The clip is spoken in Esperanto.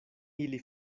ili